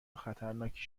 خطرناکی